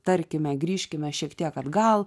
tarkime grįžkime šiek tiek atgal